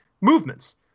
movements